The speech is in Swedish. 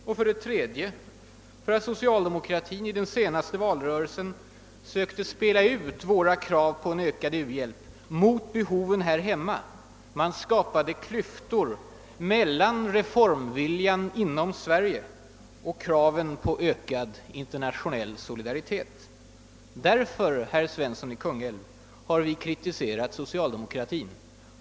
Och för det tredje därför att socialdemokratin i den senaste valrörelsen försökte spela ut våra krav på en ökad u-hjälp mot behoven här hemma. Man skapade därigenom en klyfta mellan reformviljan inom Sverige och kraven på ökad internationell solidaritet. Därför, herr Svensson i Kungälv, har vi kritiserat socialdemokratin.